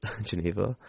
Geneva